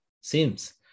seems